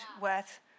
worth